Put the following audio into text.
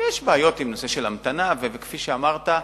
יש בעיות בנושא של המתנה, וכפי שאמרת,